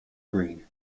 green